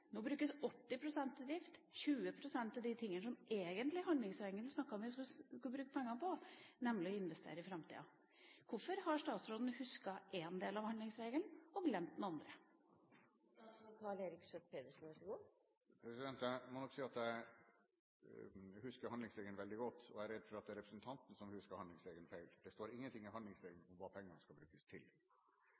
Nå brukes 80 pst. til drift og 20 pst. til det som handlingsregelen egentlig snakket om å bruke penger på, nemlig å investere i framtida. Hvorfor har statsråden husket en del av handlingsregelen og glemt den andre? Jeg må nok si at jeg husker handlingsregelen veldig godt og er redd for at det er representanten som husker handlingsregelen feil. Det står ingenting i handlingsregelen om hva pengene skal brukes til.